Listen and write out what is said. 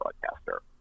broadcaster